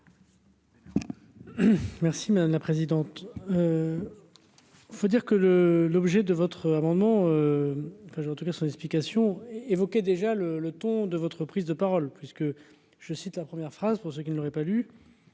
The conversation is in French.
Merci madame la présidente, il faut dire que le l'objet de votre amendement, enfin j'ai en tout cas son explication évoquait déjà le le ton de votre prise de parole puisque je cite la première phrase pour ceux qui ne l'auraient pas lu